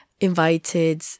invited